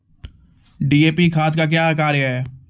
DAP खाद का क्या कार्य हैं?